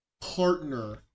partner